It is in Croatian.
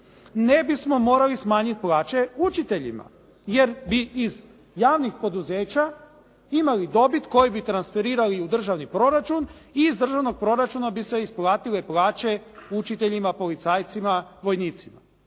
ne bismo morali smanjiti plaće učiteljima, jer bi iz javnih poduzeća imali dobit koji bi transferirali u državni proračun i iz državnog proračuna bi se isplatile plaće učiteljima, policajcima, vojnicima.